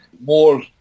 more